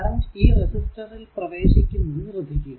current ഈ റെസിസ്റ്ററിൽ പ്രവേശിക്കുന്നത് ശ്രദ്ധിക്കുക